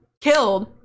killed